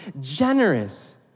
generous